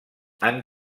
han